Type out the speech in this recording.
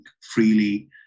freely